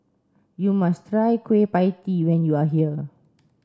you must try Kueh pie tee when you are here